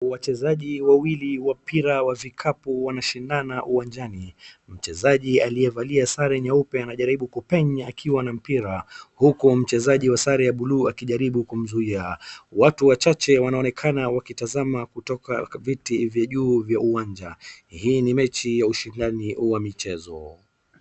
Wachezaji wawili wa mpira wa vikapu wanashindana uwanjani. Mchezaji aliyevalia sare nyeupe anajaribu kupenya akiwa na mpira huku mchezaji wa sare ya bluu akijaribu kumzuia. Watu wachache wanaonekana wakitazama kutoka viti vya juu vya uwanja. Hii ni mechi ya ushindani wa michezo.